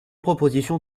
proposition